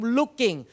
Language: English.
looking